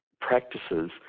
practices